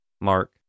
Mark